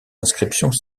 inscriptions